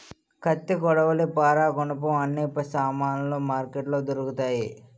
కత్తి కొడవలి పారా గునపం అన్ని సామానులు మార్కెట్లో దొరుకుతాయి